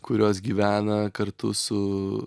kurios gyvena kartu su